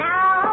Now